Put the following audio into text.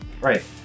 Right